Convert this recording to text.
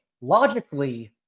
logically